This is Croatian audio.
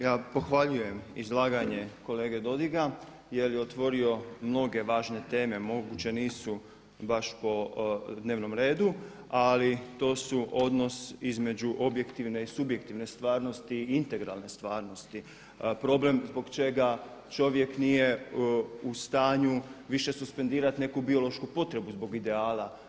Ja pohvaljujem izlaganje kolege Dodiga jer je otvorio mnoge važne teme, moguće nisu baš po dnevnom redu ali to su odnos između objektivne i subjektivne stvarnosti, integralne stvarnosti, problem zbog čega čovjek nije u stanju više suspendirat neku biološku potrebu zbog ideala.